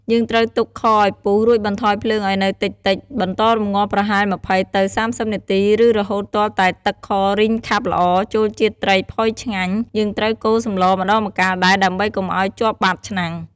យើងត្រូវទុកខឱ្យពុះ រួចបន្ថយភ្លើងឱ្យនៅតិចៗ បន្តរម្ងាស់ប្រហែល ២០ ទៅ ៣០ នាទី ឬរហូតទាល់តែទឹកខរីងខាប់ល្អ ចូលជាតិត្រីផុយឆ្ងាញ់ យើងត្រូវកូរសម្លម្ដងម្កាលដែរ ដើម្បីកុំឱ្យជាប់បាតឆ្នាំង។